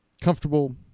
comfortable